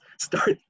start